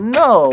no